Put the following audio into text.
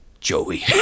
Joey